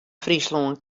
fryslân